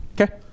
Okay